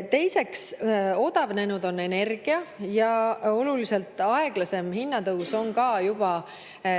on odavnenud, ja [kolmandaks,] oluliselt aeglasem hinnatõus on ka juba